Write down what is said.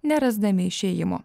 nerasdami išėjimo